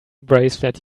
bracelet